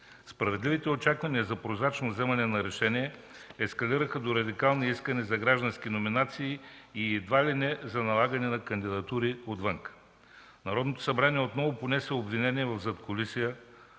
Справедливите очаквания за прозрачно взимане на решение ескалираха до радикални искания за граждански номинации и едва ли не за налагане на кандидатури отвън. Народното събрание отново понесе обвинение в задкулисие,